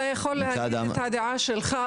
אתה יכול להגיד את הדעה שלך,